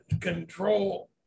control